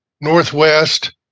Northwest